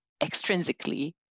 extrinsically